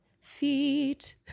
Feet